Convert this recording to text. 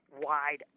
wide